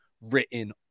written